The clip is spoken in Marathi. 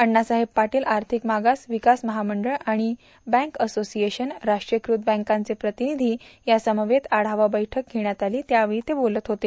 अण्णासाहेब पाटील आर्थिक मागास विकास महामंडळ आणि बँक असोसिएशन राष्ट्रीयकृत बँकांचे प्रतिनिधी यांच्यासमवेत आढावा बैठक घेण्यात आली त्यावेळी श्री फडणवीस बोलत होते